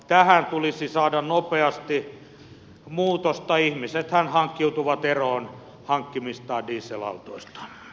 tähän tulisi saada nopeasti muutos tai ihmisethän hankkiutuvat eroon hankkimistaan diesel autoista